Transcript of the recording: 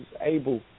able